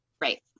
Right